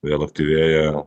vėl aktyvėja